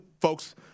folks